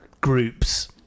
groups